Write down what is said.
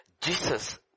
Jesus